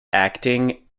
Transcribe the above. acting